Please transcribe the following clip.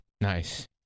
Nice